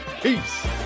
peace